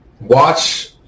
watch